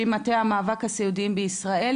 שהיא ממטה מאבק הסיעודיים בישראל,